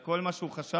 את כל מה שהוא חשב,